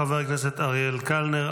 חבר הכנסת אריאל קלנר.